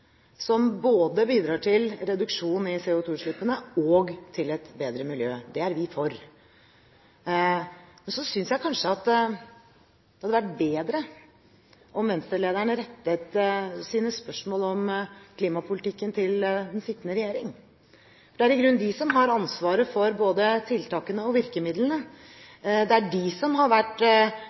bidrar både til reduksjon i CO2-utslippene og til et bedre miljø. Det er vi for. Så synes jeg kanskje at det hadde vært bedre om Venstre-lederen rettet sine spørsmål om klimapolitikken til den sittende regjering. Det er i grunnen de som har ansvaret for både tiltakene og virkemidlene. Det er de som har vært